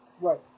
Right